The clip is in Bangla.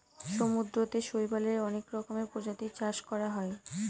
সমুদ্রতে শৈবালের অনেক রকমের প্রজাতির চাষ করা হয়